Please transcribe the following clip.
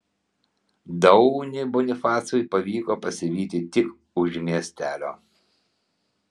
daunį bonifacui pavyko pasivyti tik už miestelio